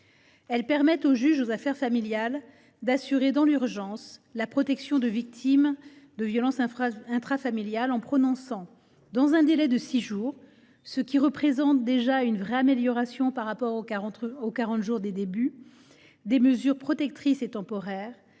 Elles permettent au juge aux affaires familiales d’assurer dans l’urgence la protection de victimes de violences intrafamiliales en prononçant, dans un délai de six jours, ce qui représente déjà une réelle amélioration par rapport aux quarante jours constatés en moyenne au début du dispositif, des mesures protectrices et temporaires,